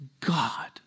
God